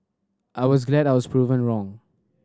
I was glad I was proven wrong